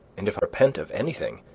and if i repent of anything,